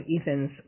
Ethan's